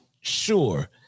Sure